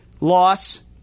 loss